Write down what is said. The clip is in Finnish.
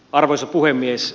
arvoisa puhemies